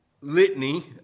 litany